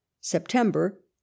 September